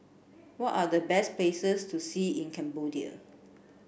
what are the best places to see in Cambodia